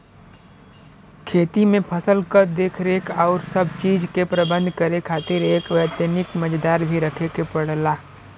खेती में फसल क देखरेख आउर सब चीज के प्रबंध करे खातिर एक वैतनिक मनेजर भी रखे के पड़ला